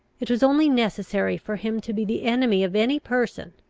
it was only necessary for him to be the enemy of any person,